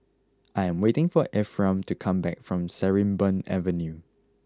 I am waiting for Ephraim to come back from Sarimbun Avenue